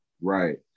Right